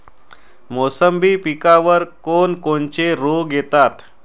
मोसंबी पिकावर कोन कोनचे रोग येतात?